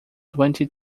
twenty